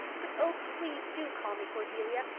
but, oh, please do call me cordelia.